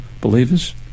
believers